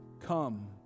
come